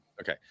Okay